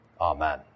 Amen